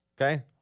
Okay